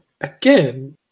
again